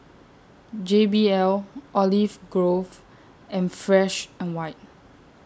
J B L Olive Grove and Fresh and White